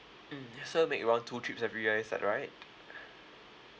mm so you make around two trips every year is that right